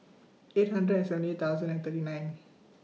eight hundred and seventy thousand and thirty nine